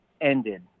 ended